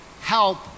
help